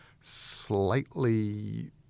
slightly